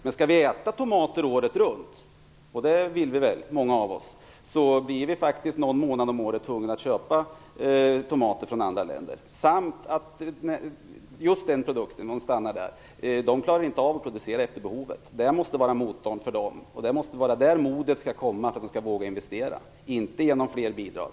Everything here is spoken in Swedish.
Men skall vi äta tomater året runt - och det vill väl många av oss - blir vi någon månad under året tvungna att köpa tomater från andra länder. När det gäller just den produkten klarar man inte att producera efter behovet. Detta måste vara motorn och skapa modet att våga investera, inte fler bidrag.